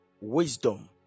wisdom